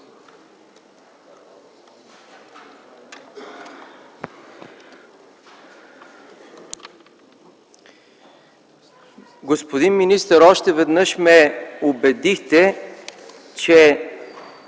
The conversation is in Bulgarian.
Господин министър, още веднъж ме убедихте, че